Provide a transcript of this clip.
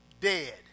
dead